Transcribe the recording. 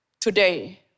today